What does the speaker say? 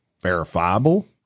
verifiable